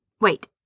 Wait